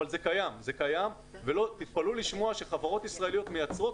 אבל זה קיים ותתפלאו לשמוע שחברות ישראליות מייצרות